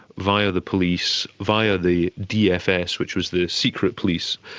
via the police, via the dfs, which was the secret police,